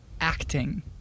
acting